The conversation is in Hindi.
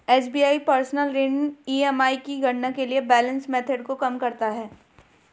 एस.बी.आई पर्सनल ऋण ई.एम.आई की गणना के लिए बैलेंस मेथड को कम करता है